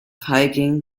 hiking